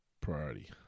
priority